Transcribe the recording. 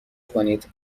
کنید